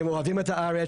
הם אוהבים את הארץ,